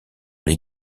les